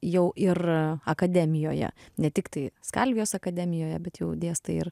jau ir akademijoje ne tiktai skalvijos akademijoje bet jau dėstai ir